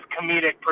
comedic